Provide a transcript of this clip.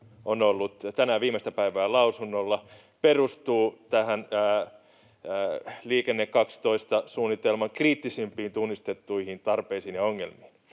on ollut tänään viimeistä päivää lausunnolla, perustuu Liikenne 12 ‑suunnitelman kriittisimpiin tunnistettuihin tarpeisiin ja ongelmiin.